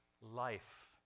life